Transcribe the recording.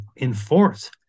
enforce